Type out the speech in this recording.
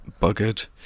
buggered